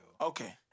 Okay